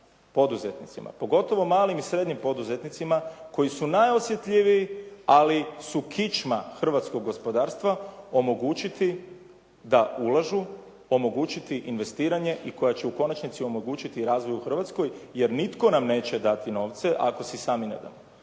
pogotovo malim i srednjim poduzetnicima koji su najosjetljiviji, ali su kičma hrvatskog gospodarstva, omogućiti da ulažu, omogućiti investiranje i koja će u konačnici omogući razvoj u hrvatskoj jer nitko nam neće dati novce ako si samo ne damo.